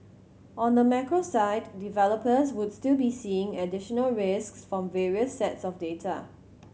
on the macro side developers would still be seeing additional risks from various sets of data